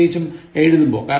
പ്രത്യേകിച്ചും എഴുതുമ്പോൾ